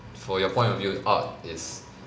for your point of view art is